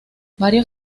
varios